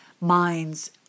minds